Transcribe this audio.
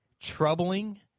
troubling